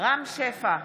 רם שפע,